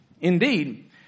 Indeed